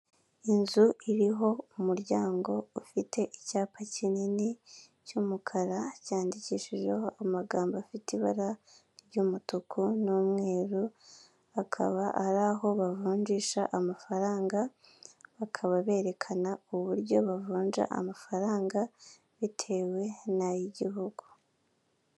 Inzu iriho umuryango ufite icyapa kinini cy'umukara cyandikishijeho amagambo afite ibara ry'umutuku n'umweru akaba ari aho bavunjisha amafaranga bakaba berekana uburyo bavunja amafaranga bitewe n'ay'igihugu.